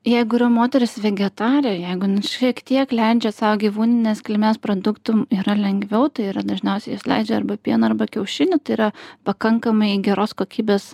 jeigu yra moteris vegetarė jeigu šiek tiek leidžia sau gyvūninės kilmės produktų yra lengviau tai yra dažniausiai leidžia arba pieną arba kiaušinį tai yra pakankamai geros kokybės